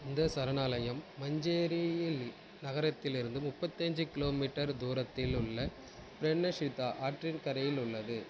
இந்த சரணாலயம் மஞ்சேரியல் நகரத்தில் இருந்து முப்பத்தஞ்சு கிலோ மீட்டர் தூரத்தில் உள்ள பிரணஸிதா ஆற்றின் கரையில் உள்ளது